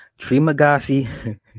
Trimagasi